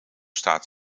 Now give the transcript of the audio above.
staat